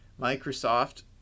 Microsoft